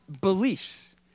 beliefs